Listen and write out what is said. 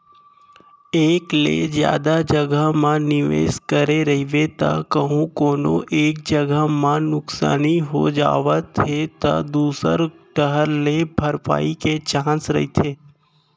एक ले जादा जघा म निवेस करे रहिबे त कहूँ कोनो एक जगा म नुकसानी हो जावत हे त दूसर डाहर ले भरपाई के चांस रहिथे